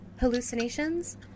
Hallucinations